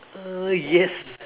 uh yes